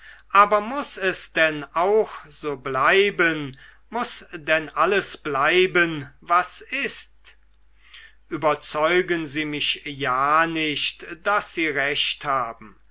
aber muß es denn auch so bleiben muß denn alles bleiben was ist überzeugen sie mich ja nicht daß sie recht haben